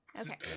Okay